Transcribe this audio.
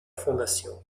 fondation